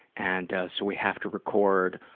and so we have to record